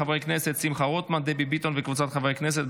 אושרה בקריאה ראשונה ותחזור לדיון בוועדת החוקה,